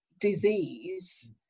disease